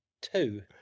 two